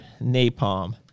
napalm